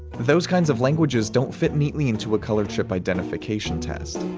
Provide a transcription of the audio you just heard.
those kinds of languages don't fit neatly into a color chip identification test.